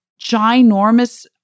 ginormous